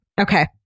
Okay